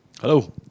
Hello